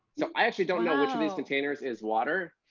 so i actually don't know which of these containers is water.